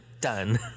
done